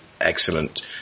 excellent